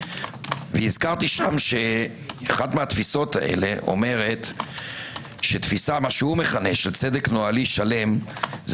הזכרתי שאחת התפיסות הללו אומרת שמה שהוא מכנה של צדק נוהלי שלם זה